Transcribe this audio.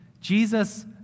Jesus